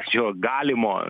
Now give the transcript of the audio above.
šio galimo